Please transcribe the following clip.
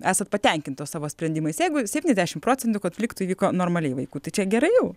esat patenkintos savo sprendimais jeigu septyniasdešim procentų konfliktų įvyko normaliai vaikų tai čia gerai jau